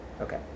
Okay